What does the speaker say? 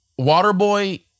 Waterboy